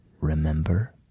Remember